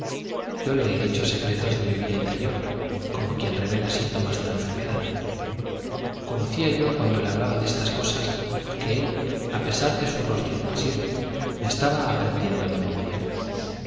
yo le he dicho secretos de mi vida interior como quien revela síntomas de una enfermedad conocía yo cuando le hablaba de estas cosas que él a pesar de su rostro impasible me estaba aprendiendo de memoria